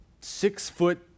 six-foot